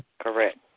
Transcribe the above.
Correct